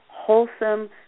wholesome